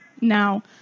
Now